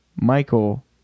Michael